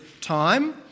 time